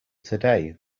today